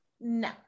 no